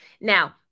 Now